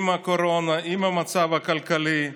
עם הקורונה ועם המצב הכלכלי,